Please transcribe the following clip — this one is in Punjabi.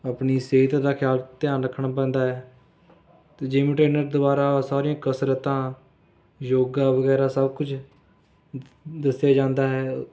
ਆਪਣੀ ਸਿਹਤ ਦਾ ਖਿਆਲ ਧਿਆਨ ਰੱਖਣਾ ਪੈਂਦਾ ਹੈ ਅਤੇ ਜਿਮ ਟ੍ਰੇਨਰ ਦੁਆਰਾ ਸਾਰੀਆਂ ਕਸਰਤਾਂ ਯੋਗਾ ਵਗੈਰਾ ਸਭ ਕੁਝ ਦੱਸਿਆ ਜਾਂਦਾ ਹੈ